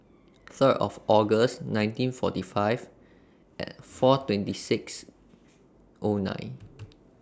Third of August nineteen forty five four twenty six O nine